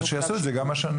אז שיעשו את זה גם השנה.